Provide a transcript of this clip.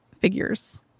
figures